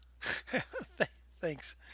Thanks